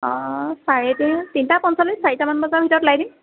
অ' চাৰে তিন তিনিটা পঞ্চল্লিছ চাৰিটা মান বজাৰ ভিতৰত ওলাই দিম